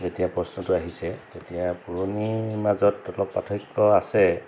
যেতিয়া প্ৰশ্নটো আহিছে তেতিয়া পুৰণিৰ মাজত অলপ পাৰ্থক্য আছে